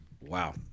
wow